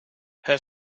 her